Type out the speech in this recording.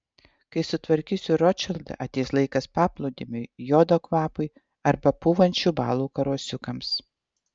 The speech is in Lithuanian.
kai sutvarkysiu rotšildą ateis laikas paplūdimiui jodo kvapui arba pūvančių balų karosiukams